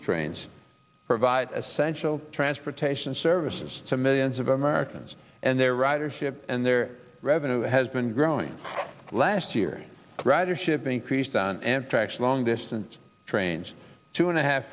trains provide essential transportation services to millions of americans and their ridership and their revenue has been growing last year ridership increased on anthrax long distance trains two and a half